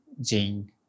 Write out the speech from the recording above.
gene